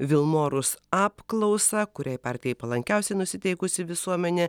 vilmorus apklausą kuriai partijai palankiausiai nusiteikusi visuomenė